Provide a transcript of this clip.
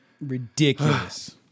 Ridiculous